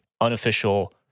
unofficial